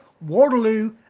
Waterloo